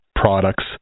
products